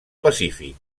pacífic